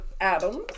Adams